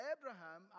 Abraham